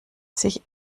sich